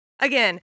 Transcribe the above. Again